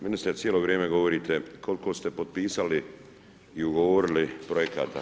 Ministre cijelo vrijeme govorite koliko ste potpisali i ugovorili projekata.